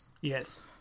Yes